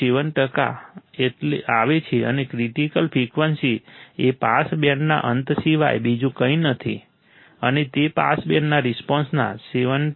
7 ટકા આવે છે અને ક્રિટીકલ ફ્રિકવન્સી એ પાસ બેન્ડના અંત સિવાય બીજું કંઈ નથી અને તે પાસ બેન્ડના રિસ્પોન્સના 70